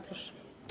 Proszę.